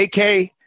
AK